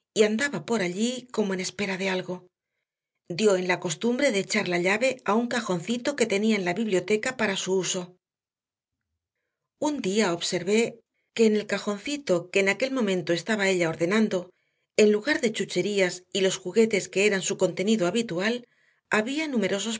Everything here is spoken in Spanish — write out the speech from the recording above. y andaba por allí como en espera de algo dio en la costumbre de echar la llave a un cajoncito que tenía en la biblioteca para su uso un día observé que en el cajoncito que en aquel momento estaba ella ordenando en lugar de las chucherías y los juguetes que eran su contenido habitual había numerosos